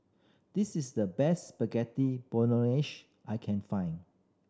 this is the best I can find